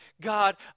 God